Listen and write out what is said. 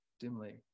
dimly